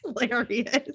hilarious